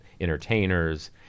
entertainers